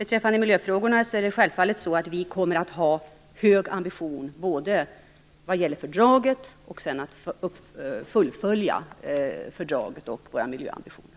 Vi kommer självfallet att ha höga ambitioner i miljöfrågorna, både vad gäller fördraget och att fullfölja fördraget och våra miljöambitioner.